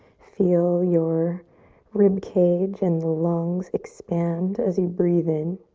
feel your rib cage and the lungs expand as you breathe in.